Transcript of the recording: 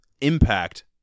impact